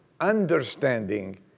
understanding